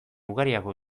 ugariago